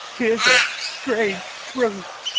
tis a strange truth.